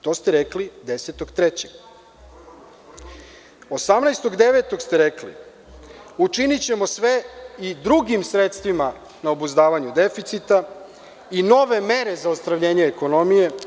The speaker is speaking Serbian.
To ste rekli 10. marta, 18.9. ste rekli – učinićemo sve i drugim sredstvima na obuzdavanju deficita i nove mere za ozdravljenje ekonomije.